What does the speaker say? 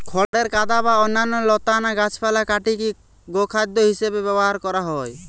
খড়ের গাদা বা অন্যান্য লতানা গাছপালা কাটিকি গোখাদ্য হিসেবে ব্যবহার করা হয়